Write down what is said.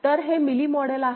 तर हे मिली मॉडेल आहे